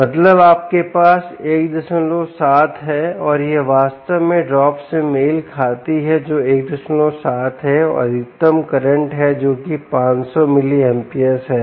मतलब आपके पास 17 है और यह वास्तव में ड्रॉप से मेल खाती है जो 17 है और अधिकतम करंट है जो कि 500 मिलीएंपियर है